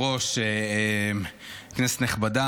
ראשון הדוברים,